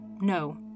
no